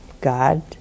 God